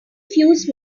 fuse